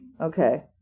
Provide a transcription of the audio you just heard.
Okay